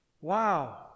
Wow